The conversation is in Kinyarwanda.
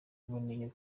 iboneye